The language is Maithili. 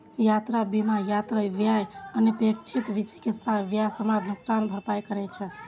यात्रा बीमा यात्रा व्यय, अनपेक्षित चिकित्सा व्यय, सामान नुकसानक भरपाई करै छै